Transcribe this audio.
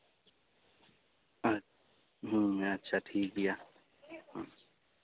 ᱟᱪᱪᱷᱟ ᱦᱮᱸ ᱟᱪᱪᱷᱟ ᱴᱷᱤᱠ ᱜᱮᱭᱟ ᱦᱮᱸ